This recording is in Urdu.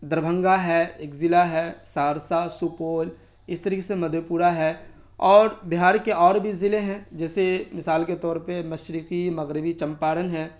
دربھنگہ ہے ایک ضلع ہے سہرسہ سپول اس طریقے سے مدھے پورہ ہے اور بہار کے اور بھی ضلعے ہیں جیسے مثال کے طور پہ مشرقی مغربی چمپارن ہے